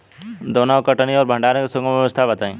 दौनी और कटनी और भंडारण के सुगम व्यवस्था बताई?